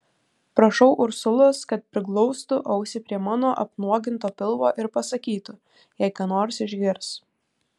prašau ursulos kad priglaustų ausį prie mano apnuoginto pilvo ir pasakytų jei ką nors išgirs